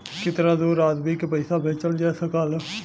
कितना दूर आदमी के पैसा भेजल जा सकला?